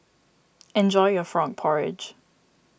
enjoy your Frog Porridge